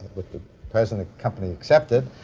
with the present company excepted,